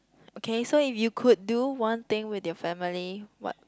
okay so if you could do one thing with your family what